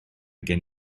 gen